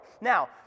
Now